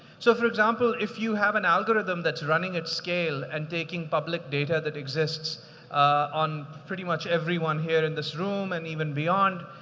so, for example, if you have an algorithm that's running at scale and taking public data that exists on pretty much everyone here in this room and even beyond,